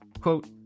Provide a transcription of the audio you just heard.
Quote